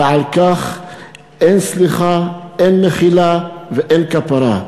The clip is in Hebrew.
ועל כך אין סליחה, אין מחילה ואין כפרה,